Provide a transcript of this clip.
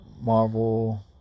Marvel